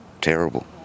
terrible